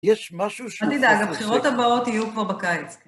יש משהו ש... אל תדאג, הבחירות הבאות יהיו כבר בקיץ.